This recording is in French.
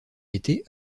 été